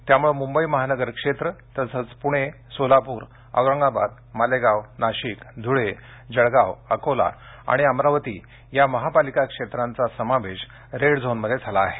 त्यामुळे मुंबई महानगर क्षेत्र तसंच पुणे सोलापूर औरंगाबाद मालेगाव नाशिक धुळे जळगाव अकोला आणि अमरावती या महापालिका क्षेत्रांचा समावेश रेड झोनमध्ये झाला आहे